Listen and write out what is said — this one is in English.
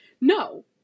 No